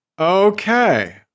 Okay